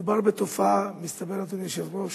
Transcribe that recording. מדובר בתופעה, מסתבר, אדוני היושב-ראש,